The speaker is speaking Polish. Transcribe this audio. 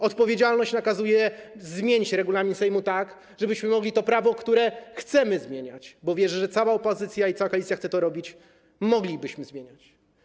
Odpowiedzialność nakazuje zmienić regulamin Sejmu tak, żebyśmy mogli to prawo, które chcemy zmieniać, bo wierzę, że cała opozycja i cała koalicja chce to robić, mogli zmieniać.